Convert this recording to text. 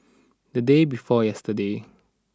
the day before yesterday